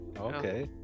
Okay